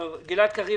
זהו נושא חשוב.